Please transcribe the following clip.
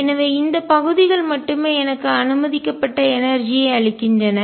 எனவே இந்த பகுதிகள் மட்டுமே எனக்கு அனுமதிக்கப்பட்ட எனர்ஜி ஐ ஆற்றல் அளிக்கின்றன